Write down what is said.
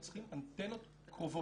צריכים אנטנות קרובות.